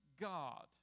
God